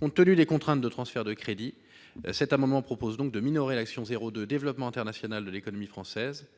Compte tenu des contraintes de transferts de crédits, cet amendement tend donc à minorer l'action n° 02, Développement international de l'économie française,